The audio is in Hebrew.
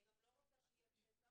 אני גם לא רוצה שיהיה פתח,